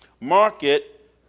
Market